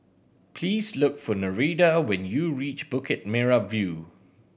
please look for Nereida when you reach Bukit Merah View